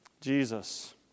Jesus